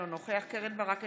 אינו נוכח קרן ברק,